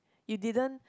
it didn't